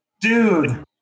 dude